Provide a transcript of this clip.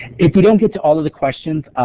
if we don't get to all of the questions,